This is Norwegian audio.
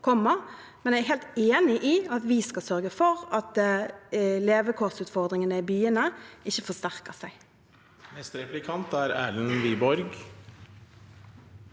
men jeg er helt enig i at vi skal sørge for at levekårsutfordringer i byene ikke forsterker seg.